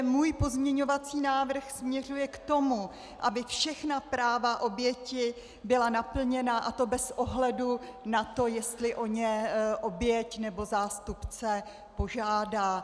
Můj pozměňovací návrh směřuje k tomu, aby všechna práva oběti byla naplněna, a to bez ohledu na to, jestli o ně oběť nebo její zástupce požádá.